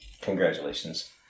congratulations